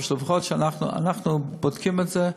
אבל לפחות אנחנו בודקים את זה.